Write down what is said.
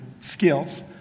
skills